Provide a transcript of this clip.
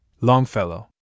Longfellow